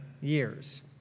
years